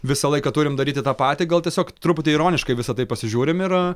visą laiką turim daryti tą patį gal tiesiog truputį ironiškai į visa tai pasižiūrim ir